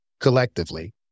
collectively